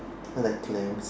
I like clams